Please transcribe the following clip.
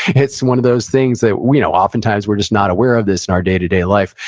it's one of those things that we know oftentimes, we're just not aware of this in our day to day life.